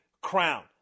crown